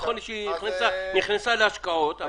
נכון שהיא נכנסה להשקעות,